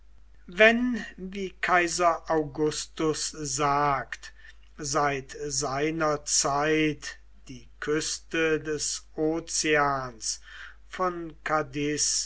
wenn wie kaiser augustus sagt seit seiner zeit die küste des ozeans von